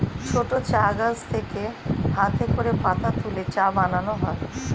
ছোট চা গাছ থেকে হাতে করে পাতা তুলে চা বানানো হয়